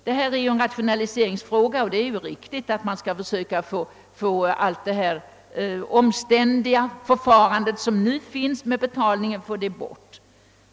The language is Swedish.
Reformen är en rationalisering, och det är riktigt att försöka få bort hela det omständliga förfarandet för betalningen.